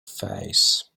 face